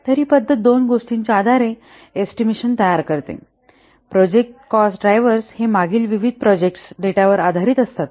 तर ही पद्धत दोन गोष्टींच्या आधारे एकूण एस्टिमेशन तयार करते प्रोजेक्ट कॉस्ट ड्रायव्हर्स हे मागील विविध प्रोजेक्ट डेटा वर आधारित असतात